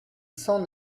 cent